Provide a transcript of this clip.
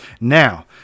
Now